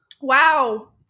Wow